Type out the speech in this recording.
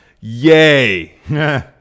Yay